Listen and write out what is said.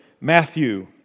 Matthew